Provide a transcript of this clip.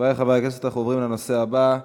חברי חברי הכנסת, אנחנו עוברים לנושא הבא: